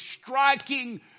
striking